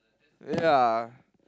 ya